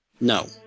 No